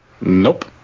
Nope